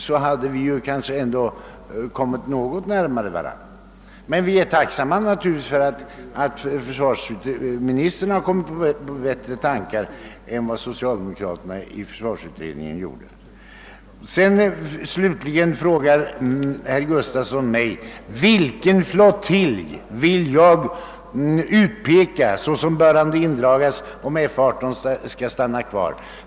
Då hade vi kanske kommit något närmare varandra. Men vi är naturligtvis tacksamma för att försvarsministern kommit på bättre tankar än socialdemokraterna i försvarsutredningen. Herr Gustafsson frågade mig vilken flottilj jag ville utpeka för indragning, om F 18 skall finnas kvar.